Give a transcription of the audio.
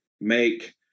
make